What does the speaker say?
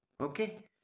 Okay